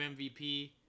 MVP